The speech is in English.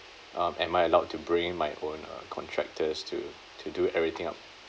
um am I allowed to bring in my own uh contractors to to do everything up